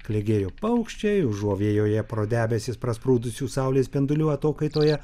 klegėjo paukščiai užuovėjoje pro debesis prasprūdusių saulės spindulių atokaitoje